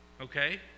okay